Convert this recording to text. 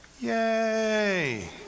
Yay